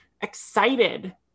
excited